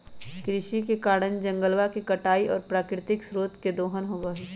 कृषि के कारण जंगलवा के कटाई और प्राकृतिक स्रोत के दोहन होबा हई